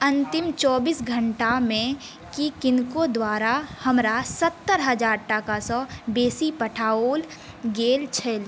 अन्तिम चौबीस घण्टामे की किनको द्वारा हमरा सत्तरि हजार टाकासँ बेसी पठाओल गेल छल